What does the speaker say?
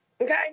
okay